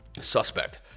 Suspect